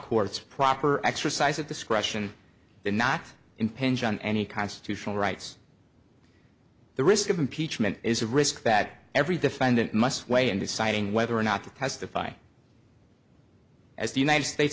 court's proper exercise of discretion not impinge on any constitutional rights the risk of impeachment is a risk that every defendant must weigh in deciding whether or not to testify as the united states